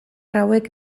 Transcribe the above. hauek